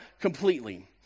completely